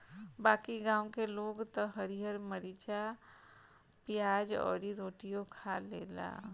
बाकी गांव के लोग त हरिहर मारीचा, पियाज अउरी रोटियो खा लेला